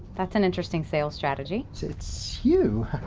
that's an interesting sales strategy. it's it's you.